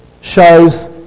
shows